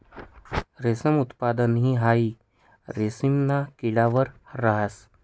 रेशमनं उत्पादन हाई रेशिमना किडास वर रहास